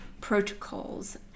protocols